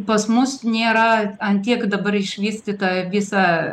pas mus nėra ant tiek dabar išvystyta visa